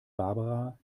barbara